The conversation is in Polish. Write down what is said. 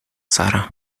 sara